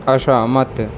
असहमत